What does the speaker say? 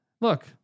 look